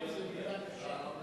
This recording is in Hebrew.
"איננו" זה מילה קשה.